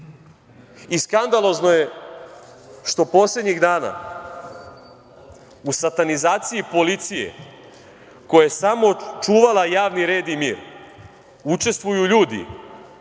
i skandalozno je što poslednjih dana u satanizaciji policije koja je samo čuvala javni red i mir, učestvuju ljudi